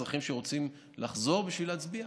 אזרחים שרוצים לחזור בשביל להצביע,